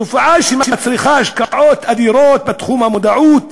זו תופעה שמצריכה השקעות אדירות בתחום המודעות,